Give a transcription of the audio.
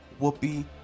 Whoopi